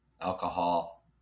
alcohol